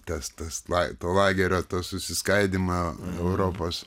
testas lai to lagerio to susiskaidymo europos